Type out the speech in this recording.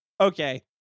Okay